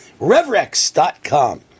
Revrex.com